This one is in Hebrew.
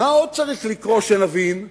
מה עוד צריך לקרות כדי שנבין,